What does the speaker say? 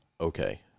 okay